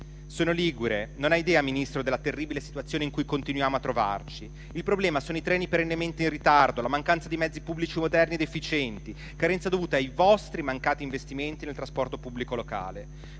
Ministro, e non ha idea della terribile situazione in cui continuiamo a trovarci. Il problema sono i treni perennemente in ritardo, la mancanza di mezzi pubblici moderni ed efficienti: carenze dovute ai vostri mancati investimenti nel trasporto pubblico locale.